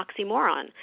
oxymoron